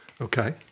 Okay